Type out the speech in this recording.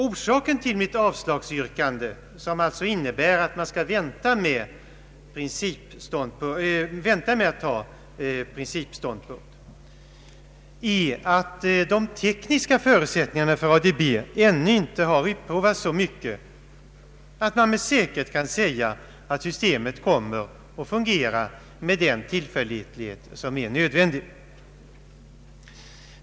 Orsaken till mitt avslagsyrkande, som alltså innebär att man skall vänta med att ta principståndpunkt, är att de tekniska förutsättningarna för ADB ännu inte har utprovats så mycket att man med säkerhet kan säga att systemet kommer att fungera med den tillförlitlighet som är nödvändig.